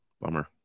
Bummer